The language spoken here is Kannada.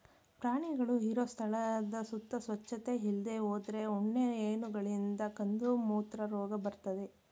ಪ್ರಾಣಿಗಳು ಇರೋ ಸ್ಥಳದ ಸುತ್ತ ಸ್ವಚ್ಚತೆ ಇಲ್ದೇ ಹೋದ್ರೆ ಉಣ್ಣೆ ಹೇನುಗಳಿಂದ ಕಂದುಮೂತ್ರ ರೋಗ ಬರ್ತದೆ